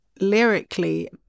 lyrically